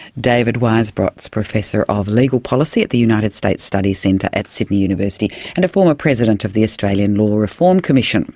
david weisbrot is professor of legal policy at the united states study centre at sydney university, and a former president of the australian law reform commission.